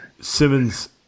Simmons